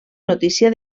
notícia